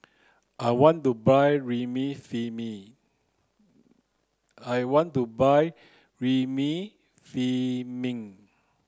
I want to buy Remifemin